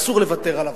אסור לוותר עליו.